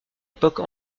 époque